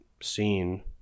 scene